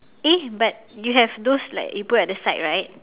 eh but you have those like you put at the side right